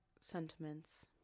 Sentiments